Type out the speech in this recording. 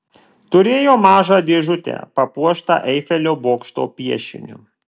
turėjo mažą dėžutę papuoštą eifelio bokšto piešiniu